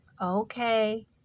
Okay